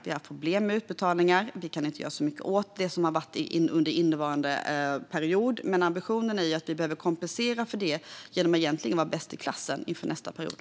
Vi har haft problem med utbetalningar, men vi kan inte göra så mycket åt det som varit fallet under innevarande period. Ambitionen är att kompensera för det genom att vara bäst i klassen inför nästa period.